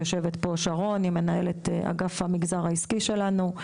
יושבת פה שרון היא מנהלת אגף המגזר העסקי שלנו,